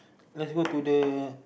let's go to the